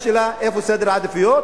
השאלה היא איפה סדר העדיפויות,